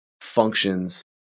functions